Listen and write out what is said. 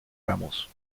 ramos